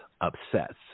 upsets